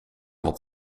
wat